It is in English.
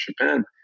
Japan